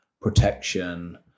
protection